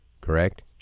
correct